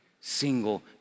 single